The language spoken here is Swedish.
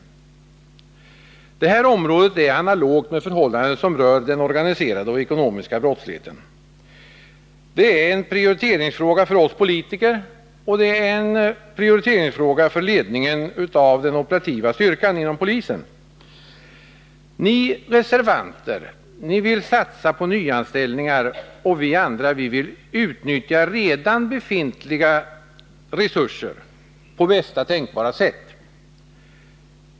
Förhållandena på det här området är analoga med dem som rör den organiserade och ekonomiska brottsligheten. Det är en prioriteringsfråga för oss politiker och en prioriteringsfråga för ledningen av den operativa styrkan inom polisen att avgöra hur resurserna skall fördelas. Ni reservanter vill satsa Nr 139 på nyanställningar, och vi andra vill utnyttja redan befintliga resurser på bästa tänkbara sätt.